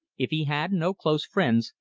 if he had no close friends,